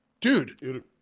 Dude